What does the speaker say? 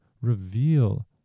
reveal